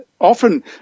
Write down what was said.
often